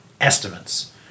estimates